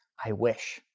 i wish,